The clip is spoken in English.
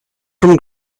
from